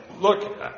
look